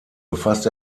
befasst